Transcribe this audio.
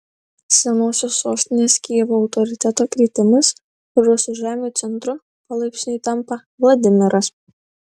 senosios sostinės kijevo autoriteto kritimas rusų žemių centru palaipsniui tampa vladimiras